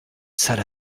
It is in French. salle